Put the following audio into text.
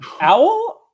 owl